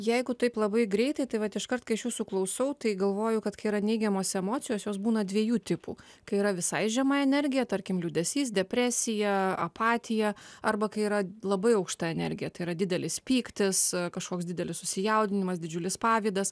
jeigu taip labai greitai tai vat iškart kai aš jūsų klausau tai galvoju kad kai yra neigiamos emocijos jos būna dviejų tipų kai yra visai žema energija tarkim liūdesys depresija apatija arba kai yra labai aukšta energija tai yra didelis pyktis kažkoks didelis susijaudinimas didžiulis pavydas